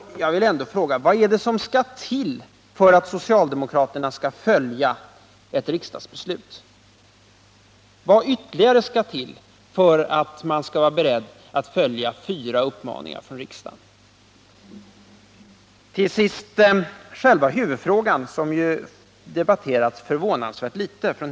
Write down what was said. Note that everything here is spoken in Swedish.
Jag vill fråga vad det är som skall till för att socialdemokraterna skall följa riksdagens beslut i den här frågan. Vad är det som skall till för att man skall vara beredd att följa fyra uppmaningar från riksdagen? Till sist vill jag ta upp själva huvudfrågan, som Hilding Johansson debatterat förvånansvärt litet.